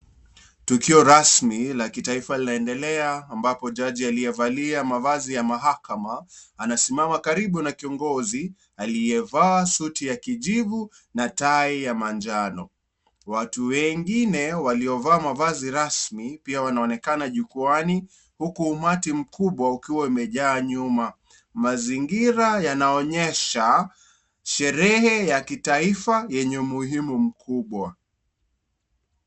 Tukio rasmi la kitaifa linaendelea ambapo jaji aliyevalia mavazi ya mahakama anasimama karibu na kiongozi aliyevaa suti ya kijivu na tai ya manjano . Watu wengine waliovaa mavazi rasmi pia wanaonekana jukwaani huku umati mkubwa ukiwa umejaa nyuma, mazingira yanaonyesha sherehe ya kitaifa yenye muhimu mkubwa.